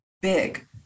big